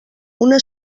una